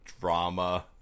drama